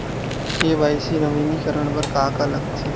KYC नवीनीकरण बर का का लगथे?